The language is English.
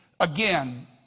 Again